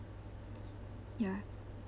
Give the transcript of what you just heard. ya